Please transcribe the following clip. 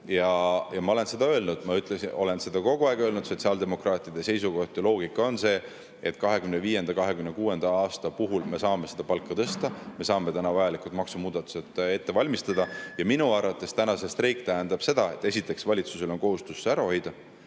Ja ma olen seda öelnud, ma olen seda kogu aeg öelnud: sotsiaaldemokraatide seisukoht ja loogika on see, et 2025. ja 2026. aasta puhul me saame seda palka tõsta, me saame vajalikud maksumuudatused ette valmistada. Ja minu arvates see streik tähendab seda, et valitsusel on kohustus see ära hoida.